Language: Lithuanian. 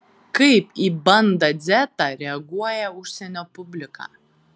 kaip į bandą dzetą reaguoja užsienio publika